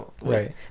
Right